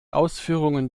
ausführungen